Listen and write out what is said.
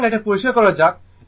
সুতরাং এটা পরিষ্কার করা যাক